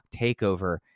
takeover